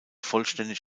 vollständig